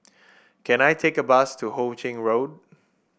can I take a bus to Ho Ching Road